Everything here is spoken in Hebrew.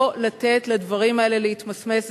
לא לתת לדברים האלה להתמסמס.